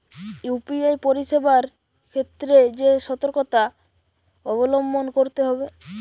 UPI পরিসেবার ক্ষেত্রে কি সতর্কতা অবলম্বন করতে হবে?